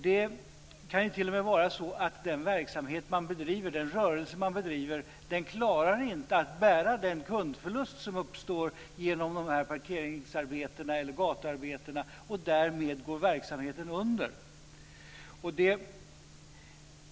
Det kan t.o.m. vara så att den verksamhet, den rörelse, man bedriver inte klarar att bära den kundförlust som uppstår genom parkeringsarbetena eller gatuarbetena. Därmed går verksamheten under.